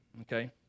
okay